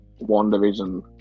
WandaVision